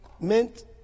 meant